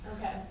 Okay